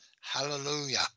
Hallelujah